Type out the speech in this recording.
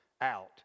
out